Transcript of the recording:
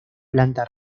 planta